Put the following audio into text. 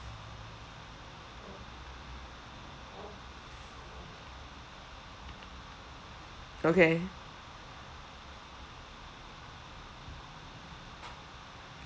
okay